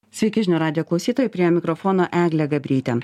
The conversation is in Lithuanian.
sveiki žinių radijo klausytojai prie mikrofono eglė gabrytė